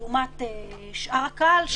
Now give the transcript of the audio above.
לעומת שאר הקהל,